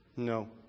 No